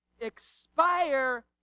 expire